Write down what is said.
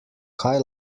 kaj